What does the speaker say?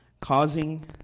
causing